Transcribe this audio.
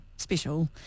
special